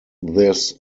this